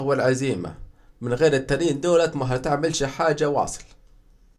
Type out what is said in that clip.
الإرادة والعزيمة، من غير التنين دولت مهتعملش حاجة واصل